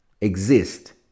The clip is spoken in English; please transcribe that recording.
exist